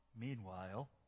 Meanwhile